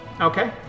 Okay